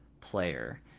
player